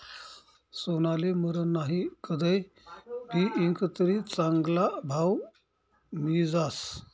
सोनाले मरन नही, कदय भी ईकं तरी चांगला भाव मियी जास